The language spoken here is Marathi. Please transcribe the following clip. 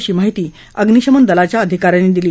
अशी माहिती अग्नीशमन दलाच्या अधिकाऱ्यांनी दिली